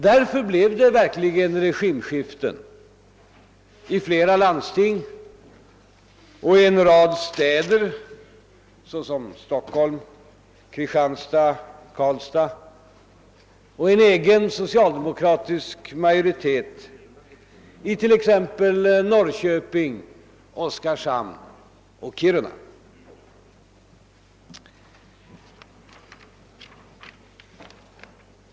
Därför blev det regimskiften i flera landsting och i en rad städer, t.ex. i Stockholm, Kristianstad och Karlstad, samt socialdemokratisk majoritet i exempelvis Norrköping, Oskarshamn och Kiruna.